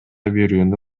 берүүнү